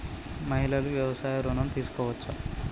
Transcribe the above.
మహిళలు వ్యవసాయ ఋణం తీసుకోవచ్చా?